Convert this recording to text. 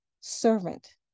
servant